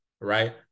right